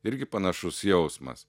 irgi panašus jausmas